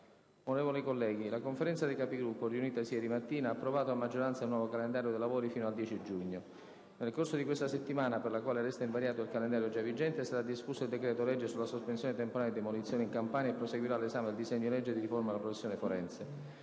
Onorevoli Colleghi, la Conferenza dei Capigruppo, riunitasi ieri mattina, ha approvato a maggioranza il nuovo calendario dei lavori fino al 10 giugno. Nel corso di questa settimana - per la quale resta invariato il calendario già vigente - sarà discusso il decreto-legge sulla sospensione temporanea di demolizioni in Campania e proseguirà l'esame del disegno di legge di riforma della professione forense.